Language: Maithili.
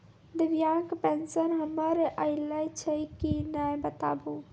दिव्यांग पेंशन हमर आयल छै कि नैय बताबू?